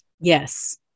Yes